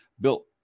Bill